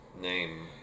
name